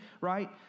right